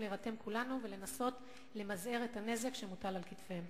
להירתם כולנו ולנסות למזער את הנזק שמוטל על כתפיהם.